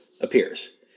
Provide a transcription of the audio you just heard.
appears